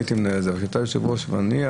הייתי מנהל את זה אחרת אבל אתה היושב ראש ולא אני,